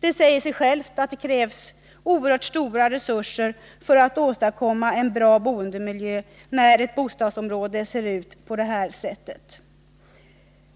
Det säger sig självt att det krävs oerhört stora resurser för att åstadkomma en bra boendemiljö när ett bostadsområde ser ut på detta sätt.